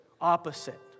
opposite